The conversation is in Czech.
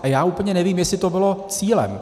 A já úplně nevím, jestli to bylo cílem.